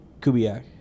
Kubiak